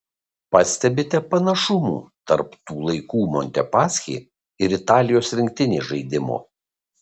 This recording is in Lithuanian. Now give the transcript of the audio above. pastebite panašumų tarp tų laikų montepaschi ir italijos rinktinės žaidimo